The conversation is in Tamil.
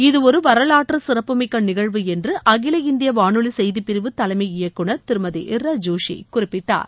இதுவொரு வரவாற்றுச் சிறப்பு மிக்க நிகழ்வு என்று அகில இந்திய வானொலி செய்திப் பிரிவு தலைமை இயக்குநர் திருமதி இர்ரா ஜோஷி குறிப்பிட்டார்